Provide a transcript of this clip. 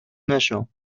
نشو